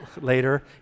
later